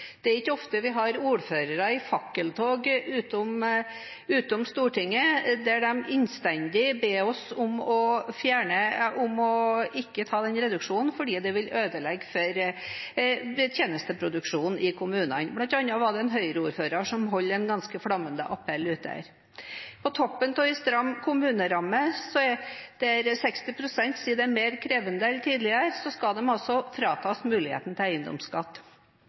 Det er ikke ofte vi har ordførere i fakkeltog utenfor Stortinget som innstendig ber oss om ikke å redusere den muligheten fordi det vil ødelegge for tjenesteproduksjonen i kommunene. Blant annet var det en Høyre-ordfører som holdt en ganske flammende appell her ute. På toppen av en stram kommuneramme, der 60 pst. sier det er mer krevende enn tidligere, skal man altså fratas muligheten til eiendomsskatt.